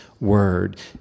word